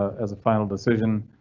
as a final decision.